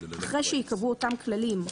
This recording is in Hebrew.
אחרי שייקבעו אותם כללים,